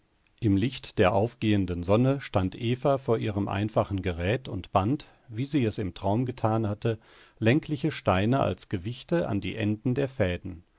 im licht der aufgehenden sonne stand eva vor ihrem einfachen gerät und band wie sie es im traum getan hatte längliche steine als gewichte an die enden der fäden